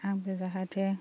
आंबो जाहाथे